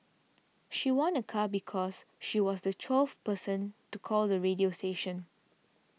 she won a car because she was the twelfth person to call the radio station